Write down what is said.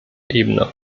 ebene